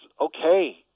okay